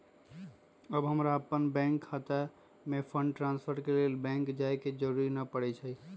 अब हमरा अप्पन बैंक खता में फंड ट्रांसफर के लेल बैंक जाय के जरूरी नऽ परै छइ